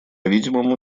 видимому